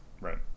right